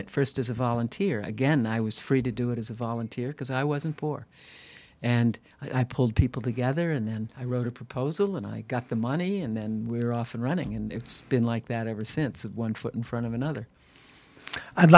it st as a volunteer again i was free to do it as a volunteer because i wasn't poor and i pulled people together and then i wrote a proposal and i got the money and then we're off and running and it's been like that ever since of one dollar foot in front of another i'd